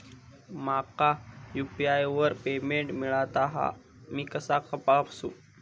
माका यू.पी.आय वर पेमेंट मिळाला हा ता मी कसा तपासू?